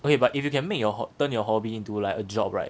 wait but if you can make your turn your hobby into like a job right